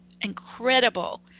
incredible